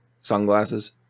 sunglasses